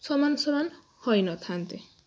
ସମାନ ସମାନ ହୋଇନଥାନ୍ତି